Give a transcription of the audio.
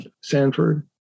Sanford